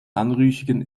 anrüchigen